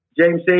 James